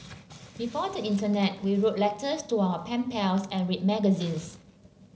before the internet we wrote letters to our pen pals and read magazines